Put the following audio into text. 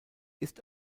ist